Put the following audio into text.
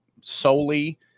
Solely